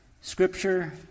scripture